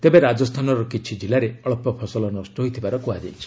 ତେବେ ରାଜସ୍ଥାନର କିଛି କିଲ୍ଲାରେ ଅଞ୍ଚ ଫସଲ ନଷ୍ଟ ହୋଇଥିବାର କୁହାଯାଇଛି